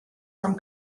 from